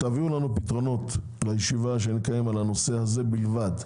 שתביאו לנו פתרונות לישיבה שנקיים על הנושא הזה בלבד.